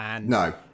No